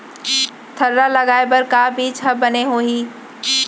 थरहा लगाए बर का बीज हा बने होही?